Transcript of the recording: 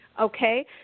Okay